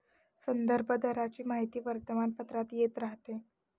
संदर्भ दराची माहिती वर्तमानपत्रात येत राहते